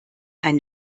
ein